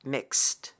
Mixed